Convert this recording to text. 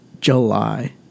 July